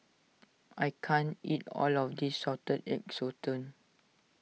I can't eat all of this Salted Egg Sotong